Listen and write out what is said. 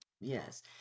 Yes